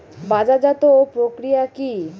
বাজারজাতও প্রক্রিয়া কি?